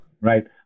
right